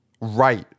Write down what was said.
Right